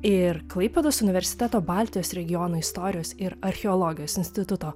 ir klaipėdos universiteto baltijos regiono istorijos ir archeologijos instituto